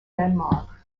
denmark